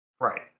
Right